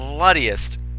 Bloodiest